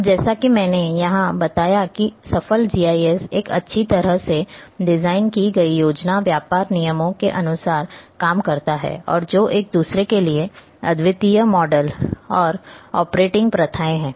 अब जैसा कि मैंने यहां बताया कि सफल जीआईएस एक अच्छी तरह से डिजाइन की गई योजना व्यापार नियमों के अनुसार काम करता है और जो एक दूसरे के लिए अद्वितीय मॉडल और ऑपरेटिंग प्रथाएं हैं